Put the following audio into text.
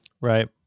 right